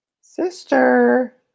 Sister